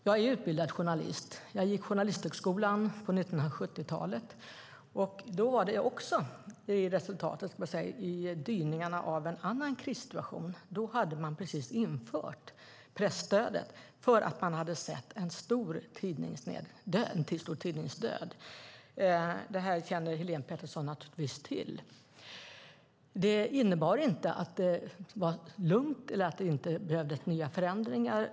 Jag är utbildad journalist. Jag gick på Journalisthögskolan på 1970-talet. Då var det också i dyningarna av en annan krissituation. Då hade man precis infört presstödet, för man hade sett en stor tidningsdöd. Detta känner Helene Petersson naturligtvis till. Det innebar inte att det var lugnt eller att det inte behövdes nya förändringar.